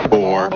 Four